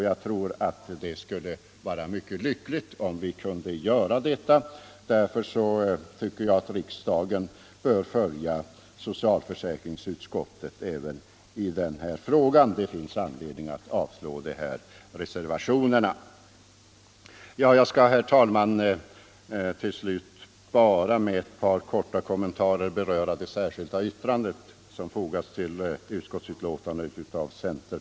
Jag tror att det skulle vara lyckligt om de kunde göra det. Därför tycker jag att riksdagen bör följa socialutskottets rekommendation även på denna punkt. Det finns alltså anledning att avslå reservationerna 10 och 11. Jag skall, herr talman, till slut bara med ett par korta kommentarer beröra det särskilda yttrande av centerpartiet som har fogats till utskottsbetänkandet.